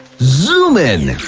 zoom in!